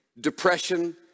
depression